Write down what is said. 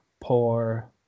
poor